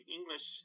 English